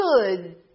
good